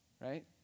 right